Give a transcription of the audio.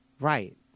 Right